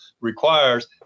requires